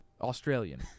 Australian